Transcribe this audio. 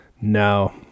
No